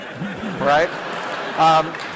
right